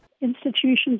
Institutions